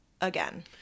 again